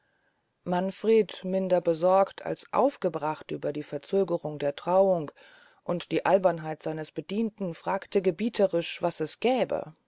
manfred minder besorgt als aufgebracht über die verzögerung der trauung und die albernheit seines bedienten fragte gebieterisch was es gäbe